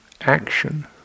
action